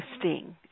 interesting